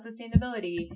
sustainability